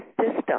system